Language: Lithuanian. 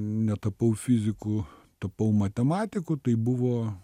netapau fiziku tapau matematiku tai buvo